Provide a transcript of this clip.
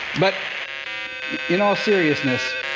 but in all seriousness,